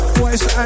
voice